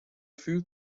food